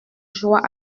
joie